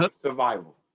survival